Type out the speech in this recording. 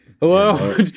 Hello